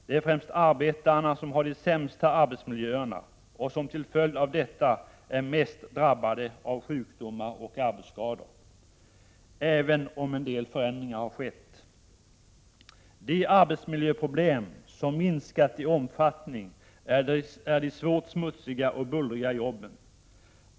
Det är främst arbetarna som har de sämsta arbetsmiljöerna och som till följd av detta är mest drabbade av sjukdomar och arbetsskador, även om en del förändringar har skett. De arbetsmiljöproblem som minskat i omfattning är de svårt smutsiga och bullriga jobben.